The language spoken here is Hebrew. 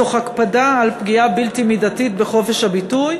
תוך הקפדה על פגיעה בלתי מידתית בחופש הביטוי.